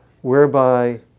whereby